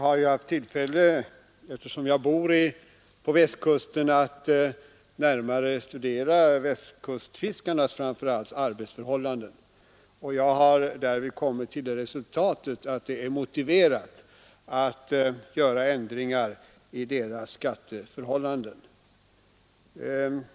Herr talman! Eftersom jag bor på Västkusten har jag haft tillfälle att närmare studera västkustfiskarnas arbetsförhållanden. Jag har därvid kommit till det resultatet att det är motiverat att göra ändringar i deras skatteförhållanden.